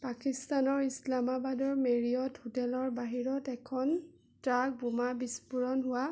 পাকিস্তানৰ ইছলামাবাদৰ মেৰিয়ট হোটেলৰ বাহিৰত এখন ট্ৰাক বোমা বিস্ফোৰণ হোৱা